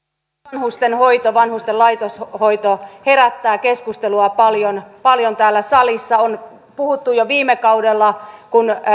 vanhustenhoito vanhusten laitoshoito herättää keskustelua paljon paljon täällä salissa on puhuttu jo viime kaudella kun